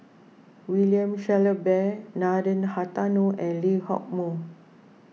William Shellabear Nathan Hartono and Lee Hock Moh